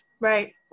Right